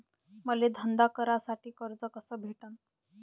मले धंदा करासाठी कर्ज कस भेटन?